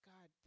God